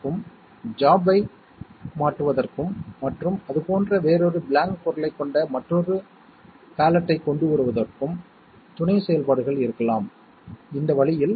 commutative விதியானது கூட்டல் பெருக்கல் மற்றும் பல போன்றது A OR B என்பது B OR A A AND B என்பது B AND A